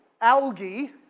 algae